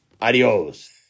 Adios